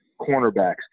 cornerbacks